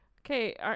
Okay